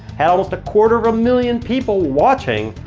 had almost a quarter of a million people watching.